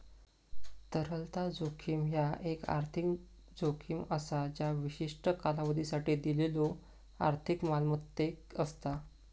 तरलता जोखीम ह्या एक आर्थिक जोखीम असा ज्या विशिष्ट कालावधीसाठी दिलेल्यो आर्थिक मालमत्तेक असता